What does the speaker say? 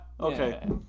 Okay